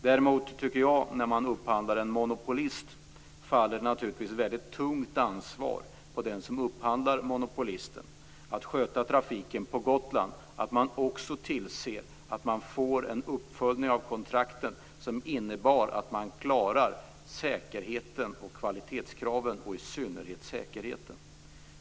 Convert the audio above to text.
Däremot tycker jag att det faller ett tungt ansvar på den som upphandlar när man upphandlar av en monopolist att sköta trafiken på Gotland. Då måste man också tillse att man får en uppföljning av kontrakten som innebär att man klarar säkerheten och kvalitetskraven, och då i synnerhet säkerheten.